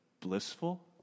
blissful